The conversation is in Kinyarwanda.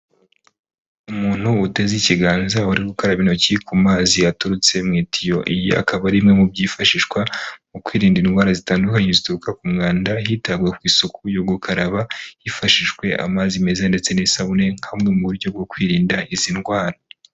Umuntu uteze ikiganza wari gukaraba intoki ku mazi yaturutse mu itiyo , iyi akaba arimwe mu byifashishwa mu kwirinda indwara zitandukanye zituruka ku mwanda, hitabwa ku isuku yo gukaraba, hifashishijwe amazi meza ndetse n'isabune nka bumwe mu buryo bwo kwirinda izi ndwara.